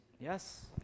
Yes